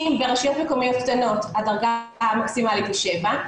אם ברשויות מקומיות קטנות הדרגה המקסימלית היא 7,